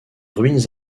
ruines